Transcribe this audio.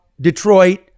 Detroit